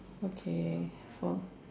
okay form